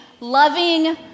loving